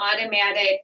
automatic